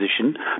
position